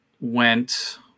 went